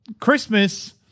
Christmas